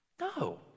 No